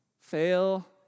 fail